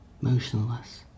motionless